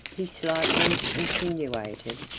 he slightly insinuated,